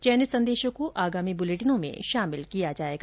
चयनित संदेशों को आगामी बुलेटिनों में शामिल किया जाएगा